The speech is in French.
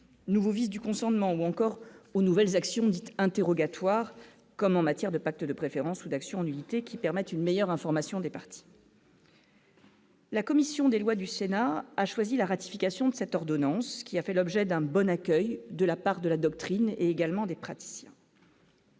nouveau vice du consentement ou encore aux nouvelles actions dites interrogatoire comme en matière de pacte de préférence ou d'action en nullité qui permettent une meilleure information des partis. La commission des lois du Sénat a choisi la ratification de cette ordonnance, qui a fait l'objet d'un bon accueil de la part de la doctrine également des praticiens.